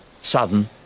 Sudden